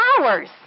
hours